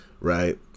right